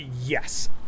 yes